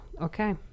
Okay